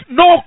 no